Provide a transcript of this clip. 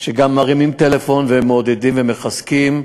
שגם מרימים טלפון ומעודדים ומחזקים.